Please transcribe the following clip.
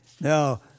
Now